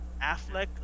Affleck